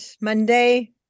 Monday